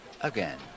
again